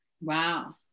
Wow